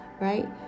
Right